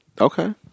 Okay